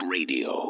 Radio